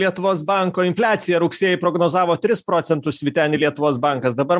lietuvos banko infliaciją rugsėjį prognozavo tris procentus vyteni lietuvos bankas dabar